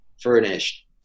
furnished